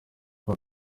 sifa